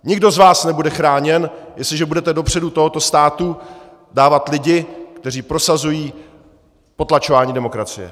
Nikdo z vás nebude chráněn, jestliže budete dopředu tohoto státu dávat lidi, kteří prosazují potlačování demokracie.